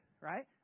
right